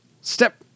step